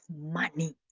money